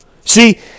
See